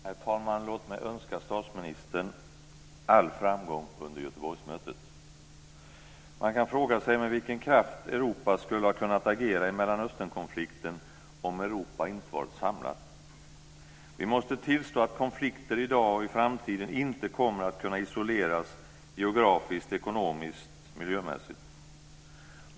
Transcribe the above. Herr talman! Låt mig önska statsministern all framgång under Göteborgsmötet. Man kan fråga sig med vilken kraft Europa skulle ha kunnat agera i Mellanösternkonflikten, om Europa inte varit samlat. Vi måste tillstå att konflikter i dag och i framtiden inte kommer att kunna isoleras geografiskt, ekonomiskt och miljömässigt.